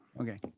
Okay